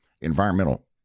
environmental